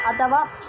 ಅಥವಾ